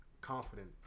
confident